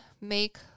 make